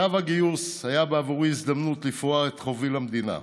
צו הגיוס היה בעבורי הזדמנות לפרוע את חובי למדינה.